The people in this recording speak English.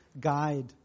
guide